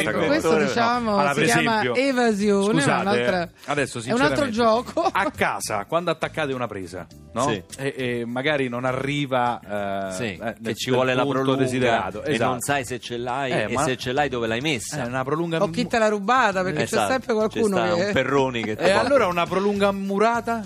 Ecco, inventore, questo, no. diciamo, Allora, si per chiama esempio, evasione, ma scusate, un'altra- adesso è un altro sinceramente, gioco. a casa, quando attaccate una presa, no? Sì. E- e magari non arriva, eh, Sì, eh, che nel- ci nel vuole la punto prolunga desiderato, e non esatto. sai se ce l'hai Eh, e ma- se ce l'hai dove l'hai messa. Eh, una prolunga mu- O chi te l'ha rubata, perché c'è Esatto, sempre c'è qualcuno sta che- un Perroni che- E allora una prolunga murata?